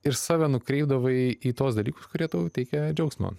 ir save nukreipdavai į tuos dalykus kurie tau teikė džiaugsmo